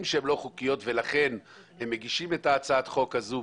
שהן לא חוקיות ולכן הם מגישים את הצעת החוק הזו,